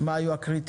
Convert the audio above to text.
מה היו הקריטריונים?